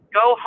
go